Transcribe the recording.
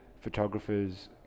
photographers